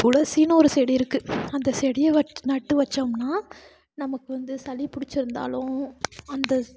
துளசின்னு ஒரு செடி இருக்குது அந்த செடியை வச் நட்டு வச்சோம்னால் நமக்கு வந்து சளி பிடிச்சிருந்தாலும் அந்த